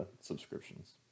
subscriptions